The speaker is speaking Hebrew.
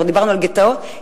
דיברנו על גטאות?